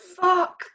Fuck